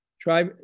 Try